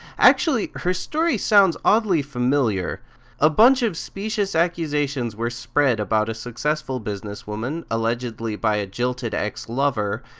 actually, her story sounds oddly familiar a bunch of specious accusations were spread about a successful businesswoman, allegedly by a jilted ex-lover,